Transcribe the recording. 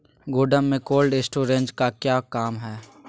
गोडम में cold storage का क्या काम है?